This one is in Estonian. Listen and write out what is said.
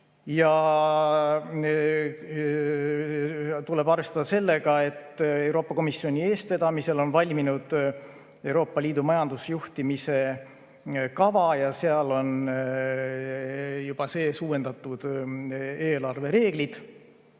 Tuleb arvestada sellega, et Euroopa Komisjoni eestvedamisel on valminud Euroopa Liidu majanduse juhtimise kava ja seal on juba sees uuendatud eelarvereeglid.